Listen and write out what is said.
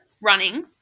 running